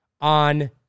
on